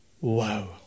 Wow